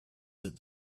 said